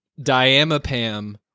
diamapam